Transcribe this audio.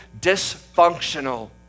dysfunctional